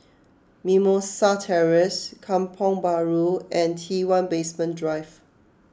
Mimosa Terrace Kampong Bahru and T one Basement Drive